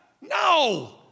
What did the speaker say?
No